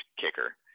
kicker